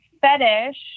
fetish